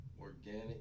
organic